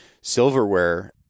silverware